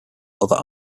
other